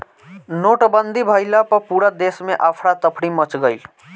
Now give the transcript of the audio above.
नोटबंदी भइला पअ पूरा देस में अफरा तफरी मच गईल